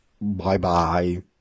Bye-bye